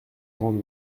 grande